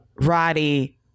Roddy